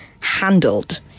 handled